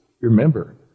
Remember